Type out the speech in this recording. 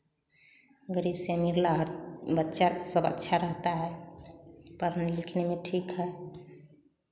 गरीब से अमीर ला हर बच्चा सब अच्छा रहता है पढ़ने लिखने में ठीक है